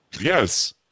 Yes